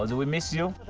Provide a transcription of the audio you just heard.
ah we miss you.